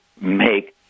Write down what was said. make –